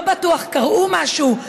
לא בטוח קראו משהו.